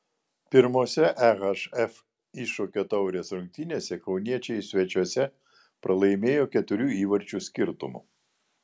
pirmose ehf iššūkio taurės rungtynėse kauniečiai svečiuose pralaimėjo keturių įvarčių skirtumu